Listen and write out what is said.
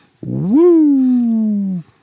Woo